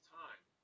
time